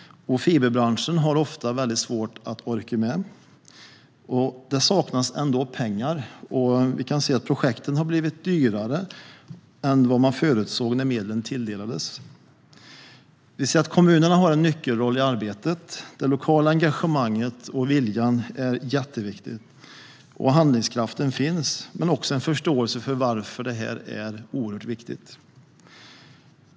Fiberbranschen har ofta svårt att orka med. Ändå saknas det pengar, och projekten har blivit dyrare än man förutsåg när medlen tilldelades. Kommunerna har en nyckelroll i bredbandsarbetet. Att det finns lokalt engagemang och lokal vilja är jätteviktigt. Handlingskraften finns, och det finns förståelse för varför det här är oerhört viktigt.